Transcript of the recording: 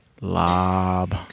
Lob